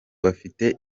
bafite